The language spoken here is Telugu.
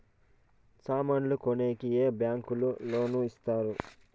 సామాన్లు కొనేకి ఏ బ్యాంకులు లోను ఇస్తారు?